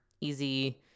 easy